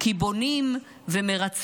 כי בונים ומרצפים,